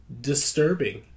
disturbing